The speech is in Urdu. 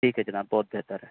ٹھیک ہے جناب بہت بہتر ہے